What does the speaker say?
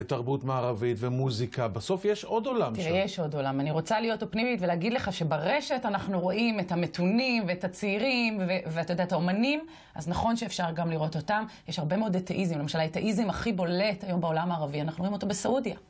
ותרבות מערבית ומוזיקה. בסוף יש עוד עולם שם. תראה, יש עוד עולם. אני רוצה להיות אופטימית ולהגיד לך שברשת אנחנו רואים את המתונים, ואת הצעירים, ואתה יודע, את האומנים, אז נכון שאפשר גם לראות אותם. יש הרבה מאוד אתאיזם. למשל, האתאיזם הכי בולט היום בעולם הערבי, אנחנו רואים אותו בסעודיה.